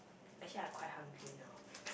actually I quite hungry now